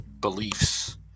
beliefs